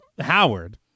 Howard